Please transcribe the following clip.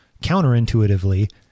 counterintuitively